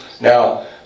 Now